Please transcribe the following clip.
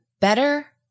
better